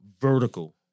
vertical